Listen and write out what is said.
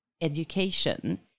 education